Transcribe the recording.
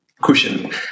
cushion